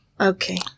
okay